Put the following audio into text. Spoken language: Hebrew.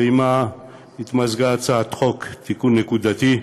ועמה התמזגה הצעת חוק עם תיקון נקודתי,